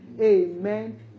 amen